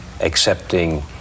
accepting